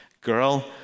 Girl